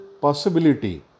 possibility